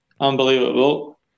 unbelievable